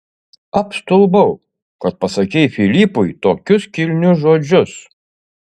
apstulbau kad pasakei filipui tokius kilnius žodžius